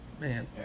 man